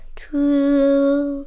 true